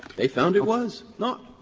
they found it was not.